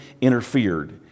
interfered